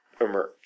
emerge